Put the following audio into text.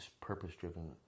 purpose-driven